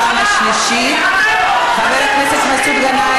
חבר הכנסת זחאלקה,